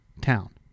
town